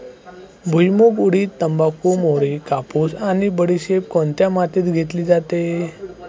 भुईमूग, उडीद, तंबाखू, मोहरी, कापूस आणि बडीशेप कोणत्या मातीत घेतली जाते?